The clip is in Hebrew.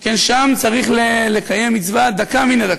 שכן שם צריך לקיים מצווה דקה מן הדקה,